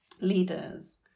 leaders